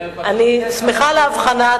אני שמחה על האבחנה.